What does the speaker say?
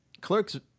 Clerks